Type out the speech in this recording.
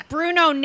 Bruno